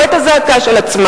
לא את הזעקה של עצמם,